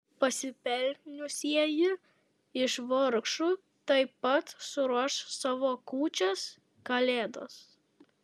pasipelniusieji iš vargšų taip pat suruoš savo kūčias kalėdas